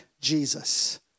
Jesus